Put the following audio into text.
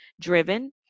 driven